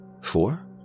Four